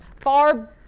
Far